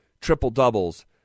triple-doubles